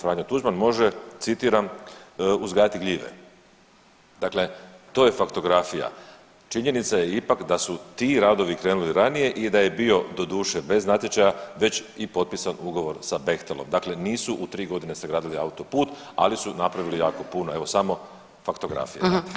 Franjo Tuđman može citiram „uzgajati gljive“ Dakle to je faktografija, činjenica je ipak da su ti radovi krenuli ranije i da je bio doduše bez natječaja već i potpisan ugovor sa Bechtelom, dakle nisu u 3 godine sagradili autoput, ali su napravili jako puno, evo samo faktografija.